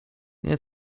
nie